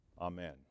Amen